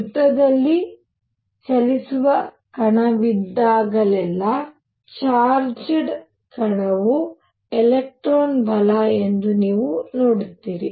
ವೃತ್ತದಲ್ಲಿ ಚಲಿಸುವ ಕಣವಿದ್ದಾಗಲೆಲ್ಲಾ ಚಾರ್ಜ್ಡ್ ಕಣವು ಎಲೆಕ್ಟ್ರಾನ್ ಬಲ ಎಂದು ನೀವು ನೋಡುತ್ತೀರಿ